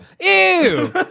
Ew